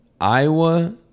Iowa